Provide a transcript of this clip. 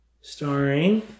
Starring